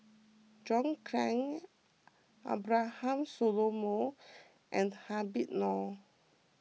John Clang Abraham Solomon and Habib Noh